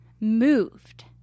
moved